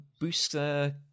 booster